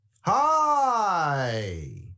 Hi